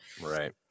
Right